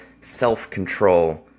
self-control